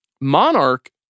Monarch